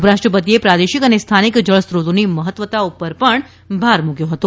ઉપરાષ્ટ્રપતિએ પ્રાદેશિક અને સ્થાનિક જળ સ્ત્રોની મહત્વતા પર ભાર મૂક્યો હતો